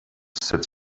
said